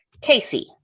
Casey